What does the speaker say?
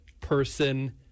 person